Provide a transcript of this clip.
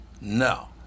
No